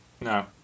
No